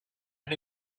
and